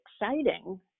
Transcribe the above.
exciting